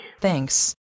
Thanks